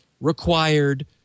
required